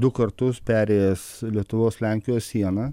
du kartus perėjęs lietuvos lenkijos sieną